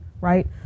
right